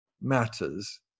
matters